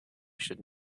should